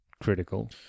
critical